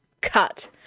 Cut